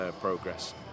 progress